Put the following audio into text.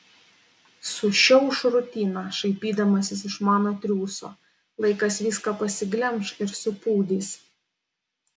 sušiauš rutiną šaipydamasis iš mano triūso laikas viską pasiglemš ir supūdys